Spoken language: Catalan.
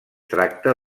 tracta